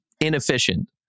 inefficient